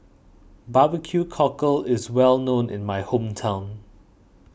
Barbecue Cockle is well known in my hometown